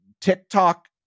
TikTok